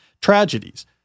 Tragedies